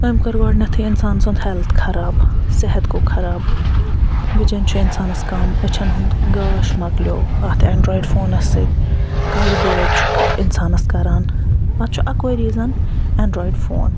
أمی کٔر گۄڈٕنٮ۪تھٕے اِنسان سُند ہٮ۪لٔتھ خراب صحت گوٚو خراب وِجن چھُ اِنسانَس کَم أچھَن ہُند مۄکلٮ۪و اَتھ اٮ۪نڈرِیوڈ فونَس سۭتۍ کَلہٕ دود چھُ اِنسانَس کران اَتھ چھُ اَکوے ریٖزَن اٮ۪نڈرِیوڈ فون